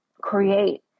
create